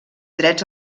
drets